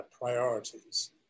priorities